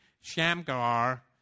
Shamgar